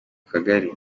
kagari